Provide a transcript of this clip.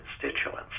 constituents